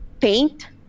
paint